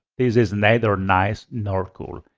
is is neither nice nor cool.